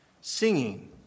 singing